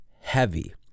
heavy